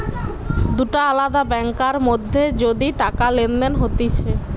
দুটা আলদা ব্যাংকার মধ্যে যদি টাকা লেনদেন হতিছে